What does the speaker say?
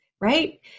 right